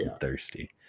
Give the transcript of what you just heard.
thirsty